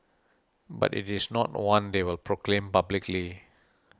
but it is not one they will proclaim publicly